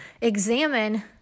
examine